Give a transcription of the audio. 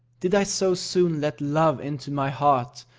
did i so soon let love into my heart,